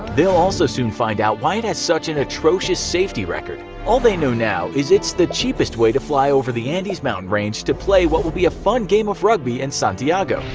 they'll also soon find out why it has such an atrocious safety record. all they know now is it's the cheapest way to fly over the andes mountain range to play what will be a fun game of rugby in santiago.